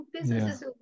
businesses